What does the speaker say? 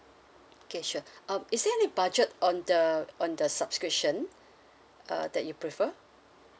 okay sure um is there any budget on the on the subscription uh that you prefer